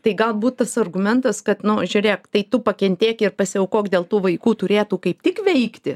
tai galbūt tas argumentas kad nu žiūrėk tai tu pakentėk ir pasiaukok dėl tų vaikų turėtų kaip tik veikti